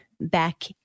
back